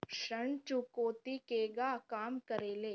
ऋण चुकौती केगा काम करेले?